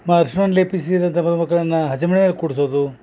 ಮಾ ಅರ್ಶ್ಣವನ್ನ ಲೇಪಿಸಿ ಮದುಮಕ್ಳನ್ನ ಹಸೆ ಮಣೇಲಿ ಕೂರ್ಸೋದು